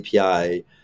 API